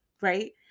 Right